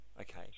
Okay